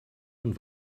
und